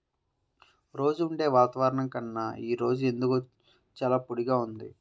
రోజూ ఉండే వాతావరణం కన్నా ఈ రోజు ఎందుకో చాలా పొడిగా ఉంది